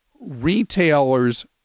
retailers